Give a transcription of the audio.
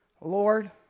Lord